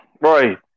Right